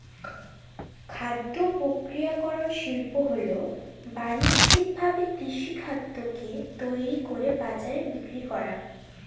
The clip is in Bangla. খাদ্য প্রক্রিয়াকরন শিল্প হল বানিজ্যিকভাবে কৃষিখাদ্যকে তৈরি করে বাজারে বিক্রি করা